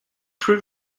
three